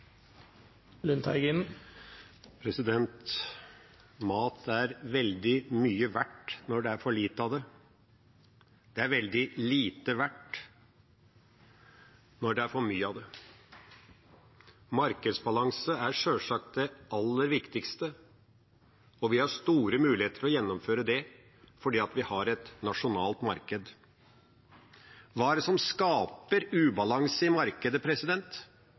også inn i en grønn framtid. Nå har Jæren faktisk fått seg sin første jordbærbonde. Norske bær gir bærekraft. Mat er veldig mye verdt når det er for lite av det. Det er veldig lite verdt når det er for mye av det. Markedsbalanse er sjølsagt det aller viktigste, og vi har store muligheter for å gjennomføre det fordi vi har et nasjonalt marked.